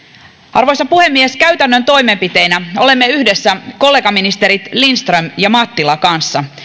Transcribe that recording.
arvoisa puhemies käytännön toimenpiteenä olemme yhdessä kollegaministerien lindström ja mattila kanssa